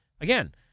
again